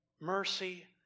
Mercy